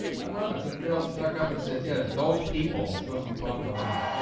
i love it, some girls stuck up and said, yeah those people i'm sure she's popular